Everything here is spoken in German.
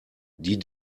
die